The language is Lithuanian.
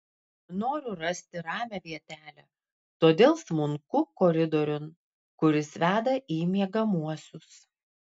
noriu rasti ramią vietelę todėl smunku koridoriun kuris veda į miegamuosius